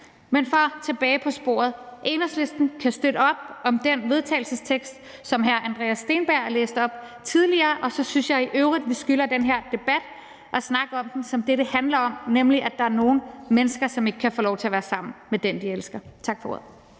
Men for at komme tilbage på sporet: Enhedslisten kan støtte op om den vedtagelsestekst, som hr. Andreas Steenberg læste op tidligere. Og så synes jeg i øvrigt, at vi skylder den her debat at snakke om det, den handler om, nemlig at der er nogle mennesker, som ikke kan få lov til at være sammen med den, de elsker. Tak for ordet.